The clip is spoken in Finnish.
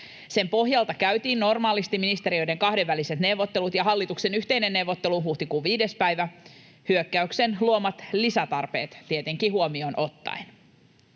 Sen pohjalta käytiin normaalisti ministeriöiden kahdenväliset neuvottelut ja hallituksen yhteinen neuvottelu huhtikuun 5. päivä, hyökkäyksen luomat lisätarpeet tietenkin huomioon ottaen.